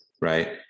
right